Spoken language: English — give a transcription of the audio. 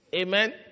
Amen